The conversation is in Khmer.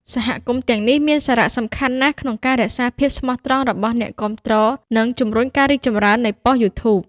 សហគមន៍ទាំងនេះមានសារៈសំខាន់ណាស់ក្នុងការរក្សាភាពស្មោះត្រង់របស់អ្នកគាំទ្រ និងជំរុញការរីកចម្រើននៃប៉ុស្តិ៍ YouTube ។